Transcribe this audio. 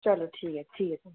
चलो ठीक ऐ ठीक ऐ तां